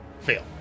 fail